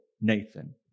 Nathan